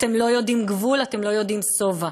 אתם לא יודעים גבול, אתם לא יודעים שובע.